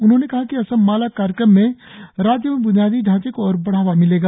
उन्होंने कहा कि असम माला कार्यक्रम से राज्य में ब्रनियादी ढांचे को और बढ़ावा मिलेगा